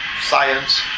science